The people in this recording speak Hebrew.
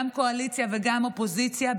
גם קואליציה וגם אופוזיציה,